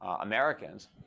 Americans